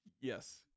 yes